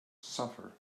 suffer